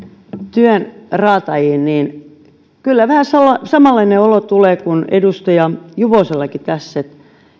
työn raatajiin niin kyllä vähän samanlainen olo tulee kuin edustaja juvosellekin tässä että